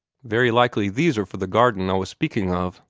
very likely these are for the garden i was speaking of,